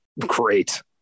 Great